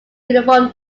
uniform